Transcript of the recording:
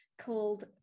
called